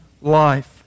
life